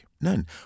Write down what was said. None